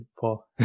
paul